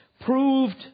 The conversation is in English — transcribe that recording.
proved